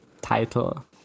title